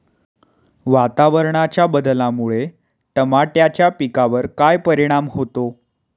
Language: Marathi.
वातावरणाच्या बदलामुळे टमाट्याच्या पिकावर काय परिणाम होतो?